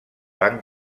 van